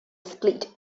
split